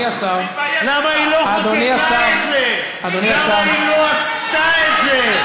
למה היא לא עשתה את זה?